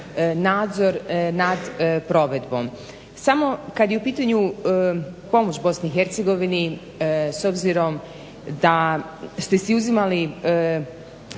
nadzor nad provedbom. Samo kad je u pitanju BiH s obzirom da ste si uzimali